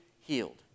healed